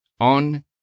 on